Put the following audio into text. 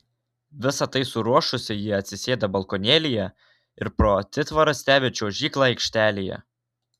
visa tai suruošusi ji atsisėda balkonėlyje ir pro atitvarą stebi čiuožyklą aikštelėje